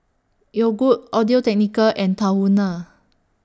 Yogood Audio Technica and Tahuna